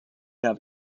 have